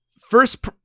First